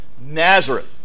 Nazareth